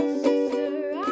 sister